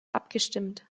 abgestimmt